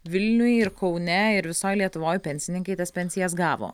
vilniuj ir kaune ir visoj lietuvoj pensininkai tas pensijas gavo